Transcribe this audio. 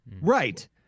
Right